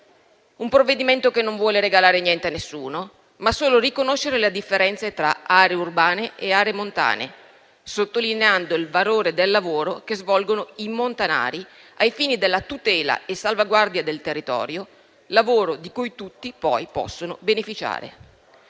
un provvedimento che non vuole regalare niente a nessuno, ma solo riconoscere le differenze tra aree urbane e montane, sottolineando il valore del lavoro che svolgono i montanari ai fini della tutela e della salvaguardia del territorio, lavoro di cui tutti poi possono beneficiare.